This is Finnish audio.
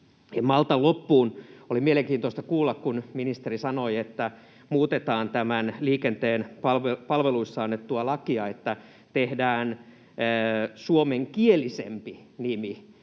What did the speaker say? sanomatta loppuun: Oli mielenkiintoista kuulla, kun ministeri sanoi, että muutetaan tätä liikenteen palveluista annettua lakia ja että tehdään ”suomenkielisempi” nimi,